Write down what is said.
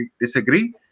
disagree